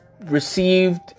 received